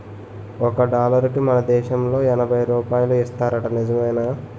ఒక డాలరుకి మన దేశంలో ఎనబై రూపాయలు ఇస్తారట నిజమేనా